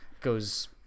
goes